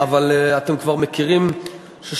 אבל אתם כבר מכירים אותי ויודעים שיש